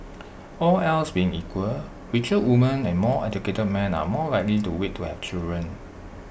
all else being equal richer women and more educated men are more likely to wait to have children